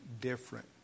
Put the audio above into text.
different